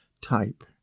type